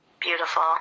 Beautiful